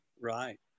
Right